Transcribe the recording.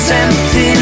empty